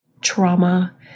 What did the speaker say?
trauma